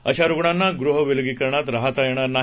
अशा रुग्णांना गृह विलगीकरणात राहाता येणार नाही